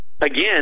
again